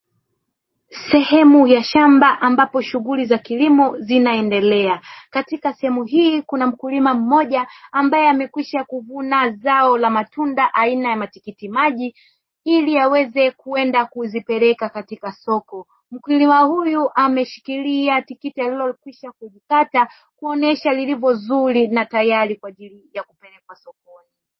Sehemu ya shamba ambapo shughuli za kilimo zinaendelea katika sehemu hii kuna mkulima mmoja ambaye amekwisha kuvuna zao la matunda aina ya matikiti maji ili aweze kuenda kuzipeleka katika soko mkulima huyu ameshikilia tikiti alilokwisha kulikata kuonyesha lilivyo zuri na tayari kwa ajili ya kupelekwa sokoni.